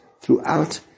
throughout